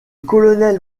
colonel